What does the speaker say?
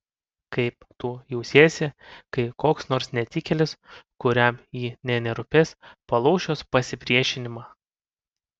kaip tu jausiesi kai koks nors netikėlis kuriam ji nė nerūpės palauš jos pasipriešinimą